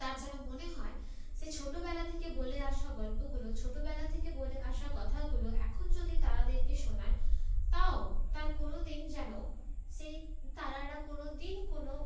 তার যেন মনে হয় সে ছোটোবেলা থেকে বলে আসা গল্পগুলো ছোটোবেলা থেকে বলে আসা কথাগুলো এখন যদি তারাদেরকে শোনায় তাও তার কোনওদিন যেন সেই তারারা কোনওদিন কোনও